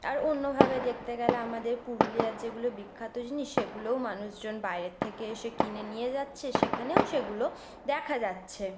আর অন্যভাবে দেখতে গেলে আমাদের পুরুলিয়ার যেগুলো বিখ্যাত জিনিস সেগুলোও মানুষজন বাইরের থেকে এসে কিনে নিয়ে যাচ্ছে সেখানেও সেগুলো দেখা যাচ্ছে